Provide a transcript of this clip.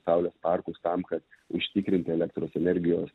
saulės parkus tam kad užtikrinti elektros energijos